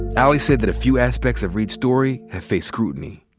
ali said that a few aspects of reade's story have faced scrutiny.